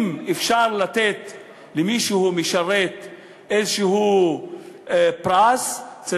אם אפשר לתת למי שמשרת פרס כלשהו,